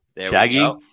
Shaggy